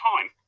time